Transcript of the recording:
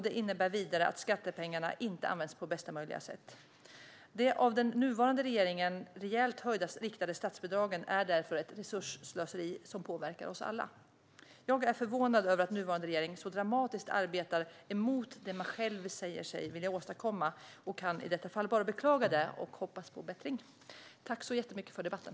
Det innebär vidare att skattepengarna inte används på bästa möjliga sätt. De av den nuvarande regeringen rejält höjda riktade statsbidragen är därför ett resursslöseri som påverkar oss alla. Jag är förvånad över att nuvarande regering så dramatiskt arbetar emot det man själv säger sig vilja åstadkomma. Jag kan i detta fall bara beklaga det och hoppas på bättring. Tack så mycket för debatten!